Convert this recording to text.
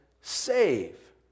save